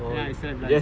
ya six thirty